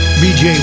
bj